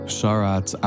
Sharat